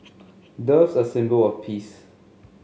doves are symbol of peace